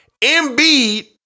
Embiid